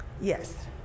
Yes